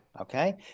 Okay